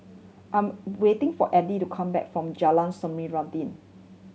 I am waiting for Eddie to come back from Jalan